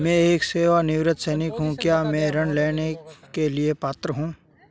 मैं एक सेवानिवृत्त सैनिक हूँ क्या मैं ऋण लेने के लिए पात्र हूँ?